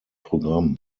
programm